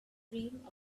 dream